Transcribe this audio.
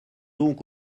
donc